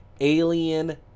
Alien